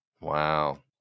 Wow